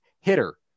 hitter